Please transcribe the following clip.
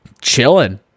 chilling